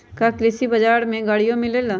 का कृषि बजार में गड़ियो मिलेला?